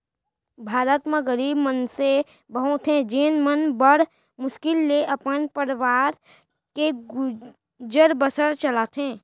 भारत म गरीब मनसे बहुत हें जेन मन बड़ मुस्कुल ले अपन परवार के गुजर बसर चलाथें